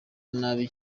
nabi